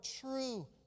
true